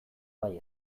bai